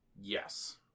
Yes